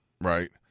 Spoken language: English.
right